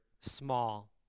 small